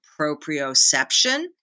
proprioception